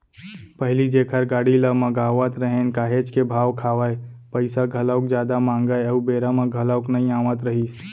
पहिली जेखर गाड़ी ल मगावत रहेन काहेच के भाव खावय, पइसा घलोक जादा मांगय अउ बेरा म घलोक नइ आवत रहिस